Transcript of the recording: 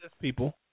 people